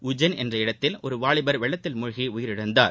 உஜ்ஜைன் என்ற இடத்தில் ஒரு வாலிபர் வெள்ளத்தில் மூழ்கி உயிரிழந்தார்